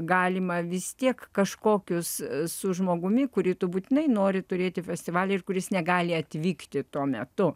galima vis tiek kažkokius su žmogumi kurį tu būtinai nori turėti festivaly ir kuris negali atvykti tuo metu